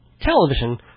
television